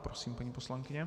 Prosím, paní poslankyně.